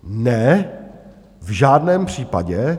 Ne, v žádném případě.